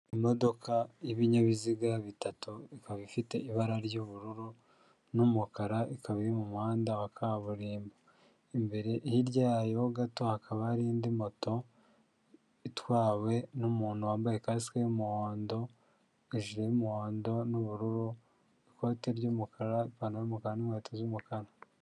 Imodoka y'ibinyabiziga bitatu, ikaba ifite ibara ry'ubururu n'umukara, ikaba iri mu muhanda wa kaburimbo. Hirya yayo ho gato, hakaba hari indi moto itwawe n'umuntu wambaye kasike y'umuhondo, ijiri y'umuhondo n'ubururu, nikoti ry'umukara, ipantaro y'umukara, n'inkweto z'umukara.